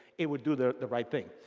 it will do the the right thing.